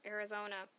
Arizona